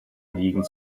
liegen